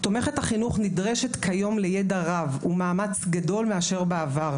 תומכת החינוך נדרשת כיום לידע רב ומאמץ גדול מאשר בעבר,